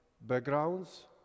backgrounds